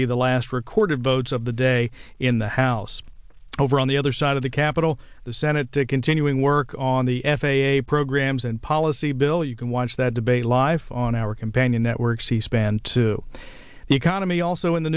be the last record of votes of the day in the house over on the other side of the capitol the senate to continuing work on the f a a programs and policy bill you can watch that debate live on our companion network c span to the economy also in the